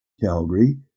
calgary